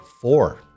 Four